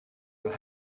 will